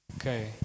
Okay